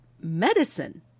medicine